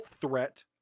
threat